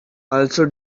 also